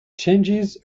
changes